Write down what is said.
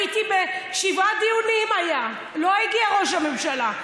הייתי, שבעה דיונים היו, לא הגיע ראש הממשלה.